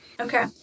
Okay